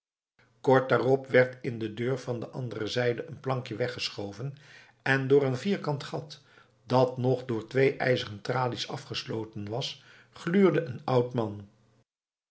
kort daarop werd in de deur van de andere zijde een plankje weggeschoven en door een vierkant gat dat nog door twee ijzeren tralies afgesloten was gluurde een oud man